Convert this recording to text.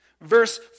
verse